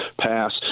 pass